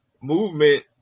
movement